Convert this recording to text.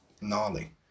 gnarly